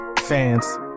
fans